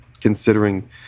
considering